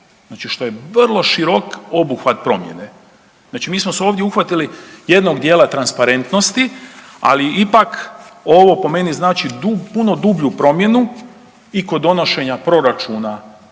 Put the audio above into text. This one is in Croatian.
znači što je vrlo širok obuhvat promjene. Znači, mi smo se ovdje uhvatili jednog djela transparentnosti ali ipak ovo po meni znači puno dublju promjenu i kod donošenje proračuna za